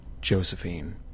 Josephine